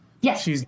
Yes